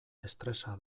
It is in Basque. estresa